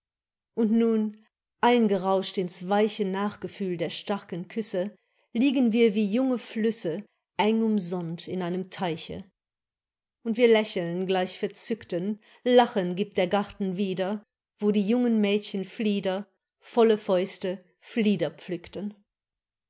und nun eingerauscht ins weiche nachgefühl der starken küsse liegen wir wie junge flüsse eng umsonnt in einem teiche und wir lächeln gleich verzückten lachen gibt der garten wieder wo die jungen mädchen flieder volle fäuste flieder pflückten